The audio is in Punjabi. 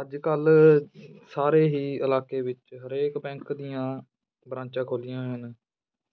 ਅੱਜ ਕੱਲ੍ਹ ਸਾਰੇ ਹੀ ਇਲਾਕੇ ਵਿੱਚ ਹਰੇਕ ਬੈਂਕ ਦੀਆਂ ਬ੍ਰਾਂਚਾਂ ਖੋਲ੍ਹੀਆਂ ਹੋਈਆਂ ਹਨ